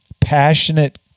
passionate